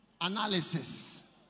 analysis